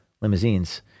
limousines